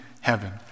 heaven